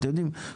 אתם יודעים,